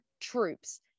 troops